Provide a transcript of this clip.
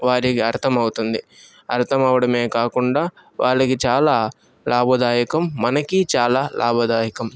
వారికి అర్ధమవుతుంది అర్ధమవడమే కాకుండా వాళ్ళకి చాలా లాభదాయకం మనకి చాలా లాభదాయకం